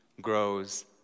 grows